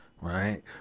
right